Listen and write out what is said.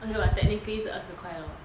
okay but technically 是二十块 lor